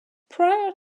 prior